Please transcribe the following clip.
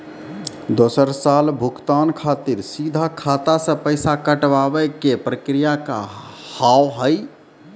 दोसर साल भुगतान खातिर सीधा खाता से पैसा कटवाए के प्रक्रिया का हाव हई?